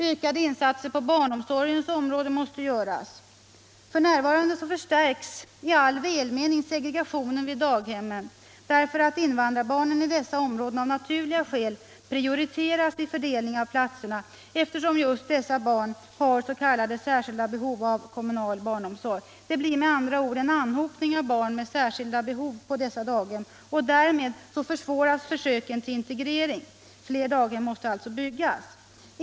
Ökade insatser på barnomsorgens område måste göras. För närvarande förstärks i all välmening segregationen vid daghemmen, därför att invandrarbarnen i dessa områden av naturliga skäl prioriteras vid fördelning av platserna; 191 just dessa barn har s.k. särskilda behov av kommunal barnomsorg. Det blir med andra ord en anhopning av barn med särskilda behov på daghemmen i dessa områden, och därmed försvåras försöken till integrering. Fler daghem måste alltså byggas.